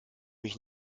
mich